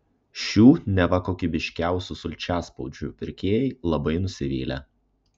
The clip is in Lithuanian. šių neva kokybiškiausių sulčiaspaudžių pirkėjai labai nusivylę